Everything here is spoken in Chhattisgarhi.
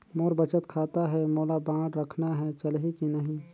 मोर बचत खाता है मोला बांड रखना है चलही की नहीं?